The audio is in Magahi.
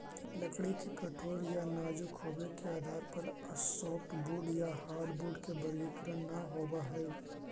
लकड़ी के कठोर या नाजुक होबे के आधार पर सॉफ्टवुड या हार्डवुड के वर्गीकरण न होवऽ हई